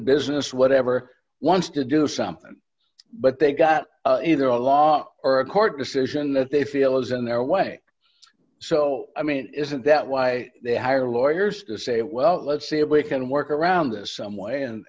business whatever wants to do something but they've got either a law or a court decision that they feel is in their way so i mean isn't that why they hire lawyers to say well let's see if we can work around this some way and